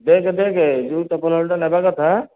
ଦେଖେ ଦେଖେ ଯେଉଁ ଚପଲ ହଳଟା ନେବା କଥା